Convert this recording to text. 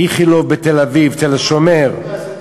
איכילוב בתל-אביב, תל-השומר.